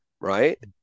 right